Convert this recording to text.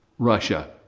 russia.